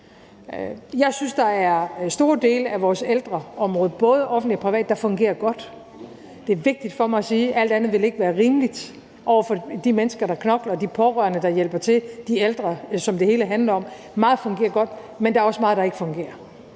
Jeg synes, der er store dele af vores ældreområde – både offentligt og privat – der fungerer godt. Det er vigtigt for mig at sige. Alt andet ville ikke være rimeligt over for de mennesker, der knokler, de pårørende, der hjælper til, og de ældre, som det hele handler om. Meget fungerer godt, men der er også meget, der ikke fungerer.